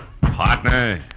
Partner